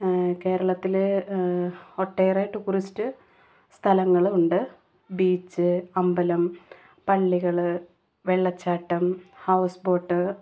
കേരളത്തിൽ ഒട്ടേറെ ടൂറിസ്റ്റ് സ്ഥലങ്ങൾ ഉണ്ട് ബീച്ച് അമ്പലം പള്ളികൾ വെള്ളച്ചാട്ടം ഹൗസ്ബോട്ട്